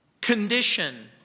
condition